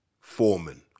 Foreman